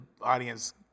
audience